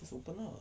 just open lah